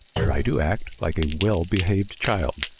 try to act like a well-behaved child.